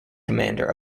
commander